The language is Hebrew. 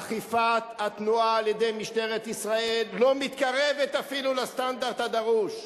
אכיפת התנועה על-ידי משטרת ישראל אפילו לא מתקרבת לסטנדרט הדרוש.